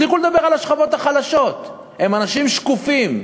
הפסיקו לדבר על השכבות החלשות, הם אנשים שקופים.